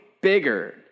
bigger